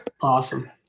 awesome